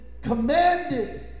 commanded